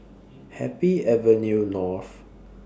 Happy Avenue North